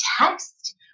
text